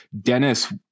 Dennis